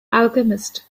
alchemist